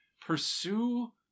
pursue